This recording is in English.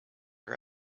her